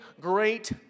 great